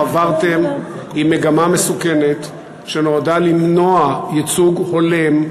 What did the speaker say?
חברתם עם מגמה מסוכנת שנועדה למנוע ייצוג הולם,